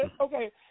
okay